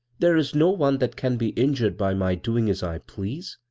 there is no one that can be injured by my doing as i please.